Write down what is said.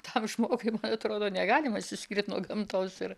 tam žmogui atrodo negalima atsiskirt nuo gamtos ir